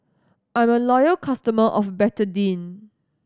I'm a loyal customer of Betadine